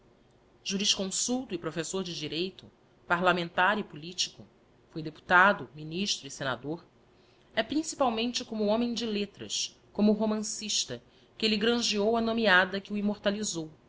jurisconsulto e professor de direito parlamentar e politico foi deputado ministro e senador é principalmente como homem de letras como romancista que elle grangeou a nomeada que o